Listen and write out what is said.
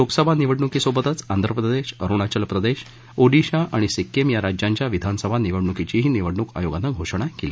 लोकसभा निवडण्कीसोबतच आंध प्रदेश अरुणाचल प्रदेश ओडिशा आणि सिक्कीम या राज्यांच्या विधानसभा निवडण्कीचीही निवडणूक आयोगानं घोषणा केली